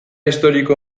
historiko